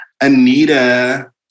Anita